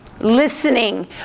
Listening